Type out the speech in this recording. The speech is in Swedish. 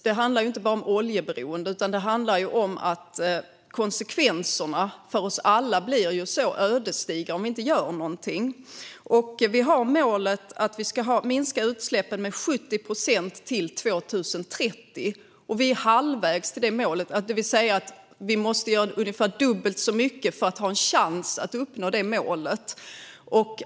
Detta handlar inte bara om oljeberoende, utan det handlar om att konsekvenserna för oss alla blir ödesdigra om vi inte gör någonting. Vi har målet att minska utsläppen med 70 procent till 2030. Vi är halvvägs till det målet, det vill säga vi måste göra ungefär dubbelt så mycket för att ha en chans att uppnå det.